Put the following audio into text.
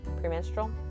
Premenstrual